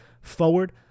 forward